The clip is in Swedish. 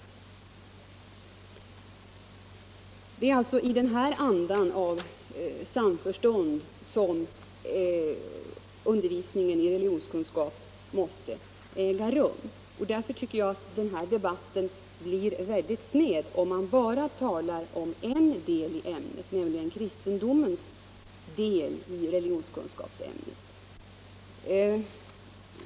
Det är i en anda av samförstånd som undervisningen i religionskunskap måste meddelas. Därför tycker jag att denna debatt blir väldigt sned, om man bara talar om en del, nämligen kristendomen, och dess del i religionskunskapsämnet.